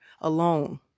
alone